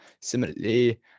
Similarly